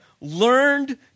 learned